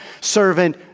servant